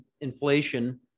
inflation